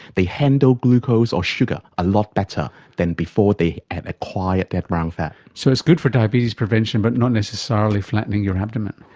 they handle glucose or sugar a lot better than before they and acquired that brown fat. so it's good for diabetes prevention but not necessarily flattening your abdomen?